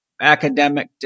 academic